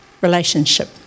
relationship